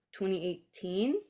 2018